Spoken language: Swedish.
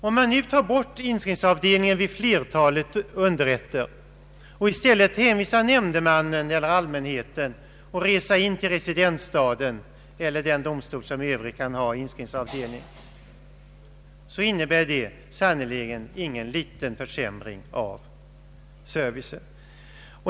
Om man nu tar bort inskrivningsavdelningen vid flertalet underrätter och i stället hänvisar nämndemannen eller allmänheten att resa in till residensstaden eller den domstol som i Övrigt kan ha inskrivningsavdelning, så innebär det sannerligen ingen liten försämring av servicen.